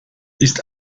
ist